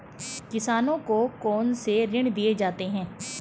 किसानों को कौन से ऋण दिए जाते हैं?